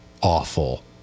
awful